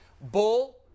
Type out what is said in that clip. Bull